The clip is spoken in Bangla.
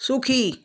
সুখী